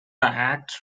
act